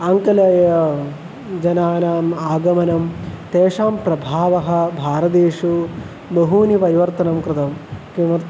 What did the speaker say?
आङ्ग्लः जनानाम् आगमनं तेषां प्रभावः भारतेषु बहूनि परिवर्तनानि कृतानि किमर्थं